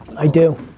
i do,